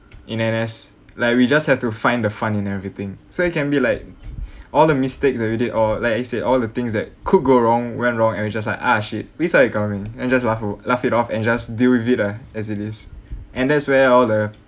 in N_S like we just had to find the fun in everything so it can be like all the mistakes that we did all like I said all the things that could go wrong went wrong and we just like ah shit we saw it coming and just laugh~ laugh it off and just deal with it ah as it is and that's where all the